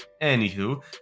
anywho